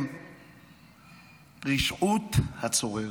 רשעות הצורר.